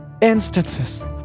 instances